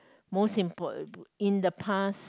most impor~ in the past